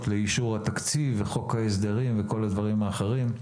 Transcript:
לאישור התקציב וחוק ההסדרים וכל הדברים האחרים,